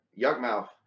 Yuckmouth